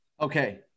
Okay